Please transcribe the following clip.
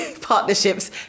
partnerships